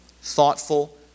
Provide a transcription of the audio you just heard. thoughtful